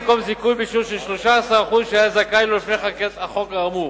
במקום זיכוי בשיעור של 13% שהיה זכאי לו לפני חקיקת החוק האמור.